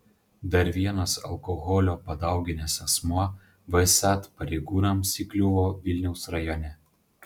dar vienas alkoholio padauginęs asmuo vsat pareigūnams įkliuvo vilniaus rajone